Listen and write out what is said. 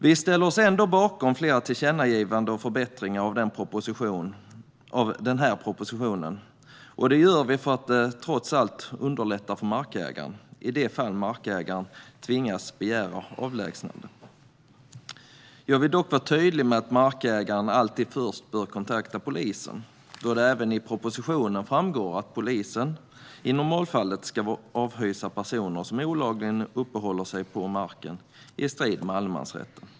Vi ställer oss ändå bakom flera tillkännagivanden om förbättringar av propositionen. Det gör vi för att trots allt underlätta för markägaren i de fall markägaren tvingas begära avlägsnande. Jag vill dock vara tydlig med att markägaren alltid först bör kontakta polisen, då det även i propositionen framgår att polisen i normalfallet ska avhysa personer som olagligen uppehåller sig på marken i strid med allemansrätten.